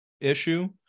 issue